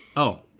oh,